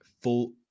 full